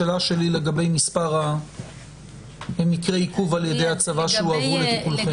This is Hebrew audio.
השאלה שלי לגבי מספר מקרי עיכוב על ידי הצבא שהועברו לידיכם?